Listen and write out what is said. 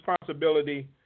responsibility